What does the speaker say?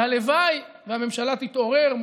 והלוואי שהממשלה תתעורר.